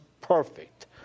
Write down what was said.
perfect